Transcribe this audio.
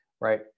right